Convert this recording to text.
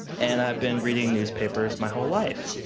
and i've been reading newspapers my whole life.